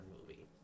movie